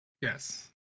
Yes